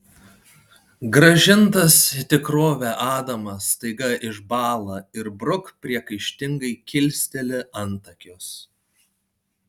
grąžintas į tikrovę adamas staiga išbąla ir bruk priekaištingai kilsteli antakius